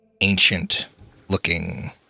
Ancient-looking